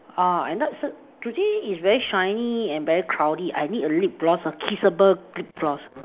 uh today is very shiny and very cloudy I need a lip gloss a kissable lip gloss